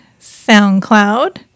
SoundCloud